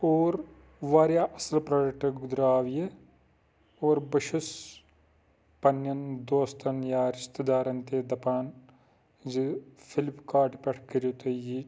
اور وارِیاہ اَصٕل پروڈَکٹ دَرٛاو یہِ اور بہٕ چھُس پَنٕنٮ۪ن دوستَن یا رِشتہٕ دارَن تہِ دَپان زِ فِلپ کاٹ پٮ۪ٹھ کٔرِۄ تُہۍ یہِ